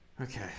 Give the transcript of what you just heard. okay